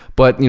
but, you